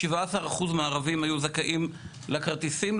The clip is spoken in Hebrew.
17% מהערבים היו זכאים לכרטיסים,